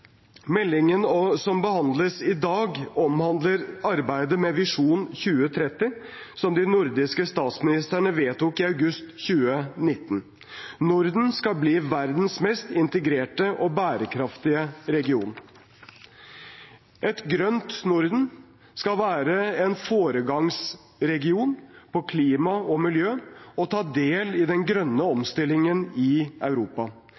Meldingen som behandles i dag, omhandler arbeidet med Visjon 2030, som de nordiske statsministrene vedtok i august 2019. Norden skal bli verdens mest integrerte og bærekraftige region. Et grønt Norden skal være en foregangsregion på klima og miljø og ta del i den grønne omstillingen i Europa.